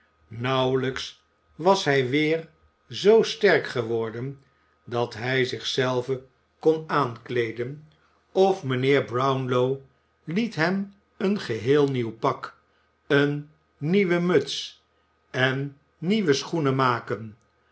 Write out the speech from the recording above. nauwelijks was hij weer zoo sterk geworden dat hij zich zelven kon aankleeden of mijnheer brownlow liet hem een geheel nieuw pak eene nieuwe muts en nieuwe schoenen maken